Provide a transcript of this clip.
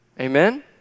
Amen